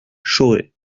chauray